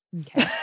Okay